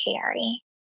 carry